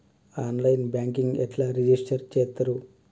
On line banking ఎట్లా register చేత్తరు?